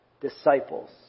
disciples